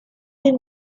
been